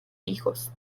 hijos